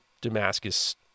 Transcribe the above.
Damascus